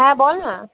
হ্যাঁ বল না